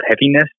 heaviness